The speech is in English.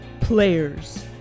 Players